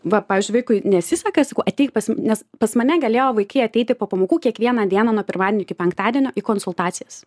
va pavyzdžiui vaikui nesiseka sakau ateik pas nes pas mane galėjo vaikai ateiti po pamokų kiekvieną dieną nuo pirmadienio iki penktadienio į konsultacijas